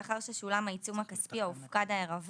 לאחר ששולם העיצום הכספי או הופקד העירבון,